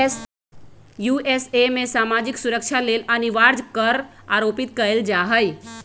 USA में सामाजिक सुरक्षा लेल अनिवार्ज कर आरोपित कएल जा हइ